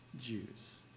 Jews